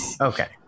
Okay